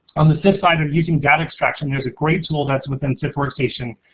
on the sift side of using data extraction, there's a great tool that's within sift workstation,